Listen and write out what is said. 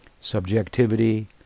subjectivity